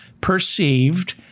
perceived